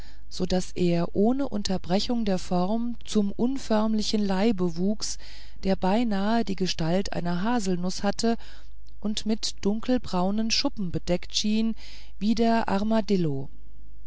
so daß er ohne unterbrechung der form zum unförmlichen leibe wuchs der beinahe die gestalt einer haselnuß hatte und mit dunkelbraunen schuppen bedeckt schien wie